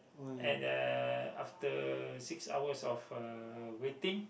at the after six hours of uh waiting